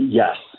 yes